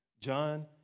John